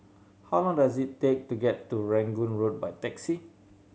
how long does it take to get to Rangoon Road by taxi